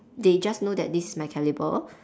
they just know that this is my calibre